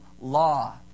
law